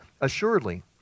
Assuredly